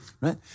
right